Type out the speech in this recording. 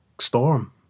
storm